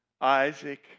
Isaac